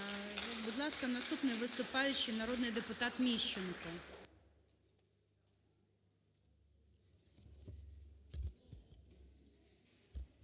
Будь ласка, наступний виступаючий народний депутат Міщенко.